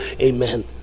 Amen